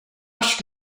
als